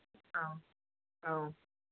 औ औ